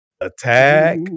Attack